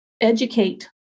educate